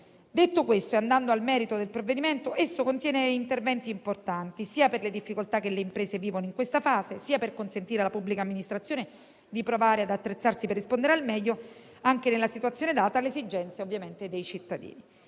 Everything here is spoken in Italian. Detto questo e andando al merito del provvedimento, esso contiene interventi importanti sia per le difficoltà che le imprese vivono in questa fase, sia per consentire alla pubblica amministrazione di provare ad attrezzarsi per rispondere al meglio, anche nella situazione data, alle esigenze dei cittadini.